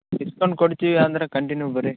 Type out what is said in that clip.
ಇಸ್ಕೊಂಡು ಕೊಡ್ತೀವಿ ಅಂದರೆ ಕಂಟಿನ್ಯೂ ಬನ್ರಿ